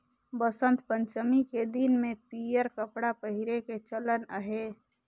बसंत पंचमी के दिन में पीयंर कपड़ा पहिरे के चलन अहे